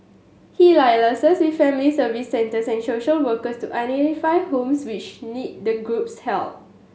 he liaises with family Service Centres and social workers to identify homes which need the group's help